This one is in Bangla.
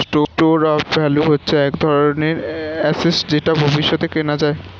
স্টোর অফ ভ্যালু হচ্ছে এক ধরনের অ্যাসেট যেটা ভবিষ্যতে কেনা যায়